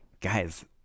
guys